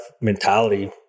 mentality